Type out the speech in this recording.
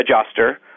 adjuster